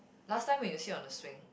last time when you sit on a swing